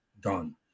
done